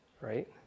right